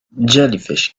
jellyfish